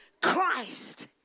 Christ